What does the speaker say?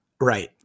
right